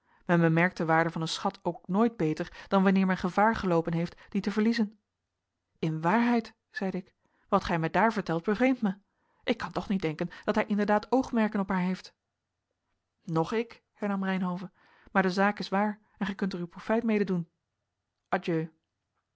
men bemerkt de waarde van een schat ook nooit beter dan wanneer men gevaar geloopen heeft dien te verliezen in waarheid zeide ik wat gij mij daar vertelt bevreemdt mij ik kan toch niet denken dat hij inderdaad oogmerken op haar heeft noch ik hernam reynhove maar de zaak is waar en gij kunt er uw profijt mede doen